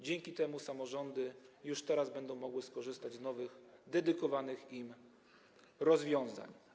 Dzięki temu samorządy już teraz będą mogły skorzystać z nowych, dedykowanych im rozwiązań.